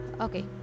Okay